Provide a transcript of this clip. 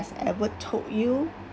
ever told you